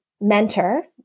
mentor